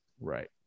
right